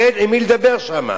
אין עם מי לדבר שם,